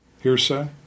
Hearsay